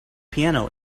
piano